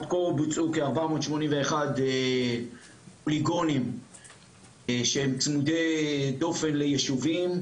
עד כה בוצעו כ-481 פוליגונים שהם צמודי דופן ליישובים.